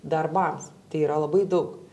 darbams tai yra labai daug